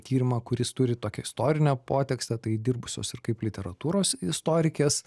tyrimą kuris turi tokią istorinę potekstę tai dirbusios ir kaip literatūros istorikės